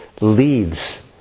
leads